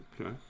Okay